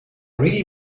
really